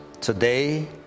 today